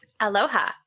Aloha